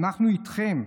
אנחנו איתכם.